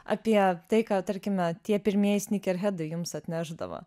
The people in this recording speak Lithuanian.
apie tai kad tarkime tie pirmieji snykerhedai jums atnešdavo